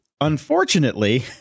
Unfortunately